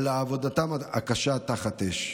על עבודתם הקשה תחת אש,